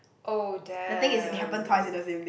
oh !damn!